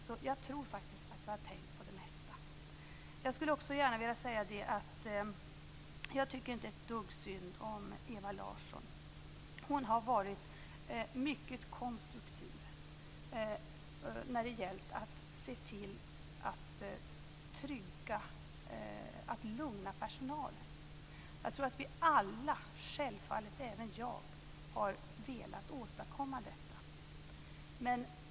Så jag tror faktiskt att vi har tänkt på det mesta. Jag vill också säga att jag inte tycker ett dugg synd om Ewa Larsson. Hon har varit mycket konstruktiv när det gällt att se till att lugna personalen. Jag tror att vi alla, självfallet även jag, har velat åstadkomma detta.